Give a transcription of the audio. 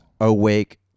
awake